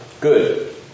Good